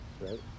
right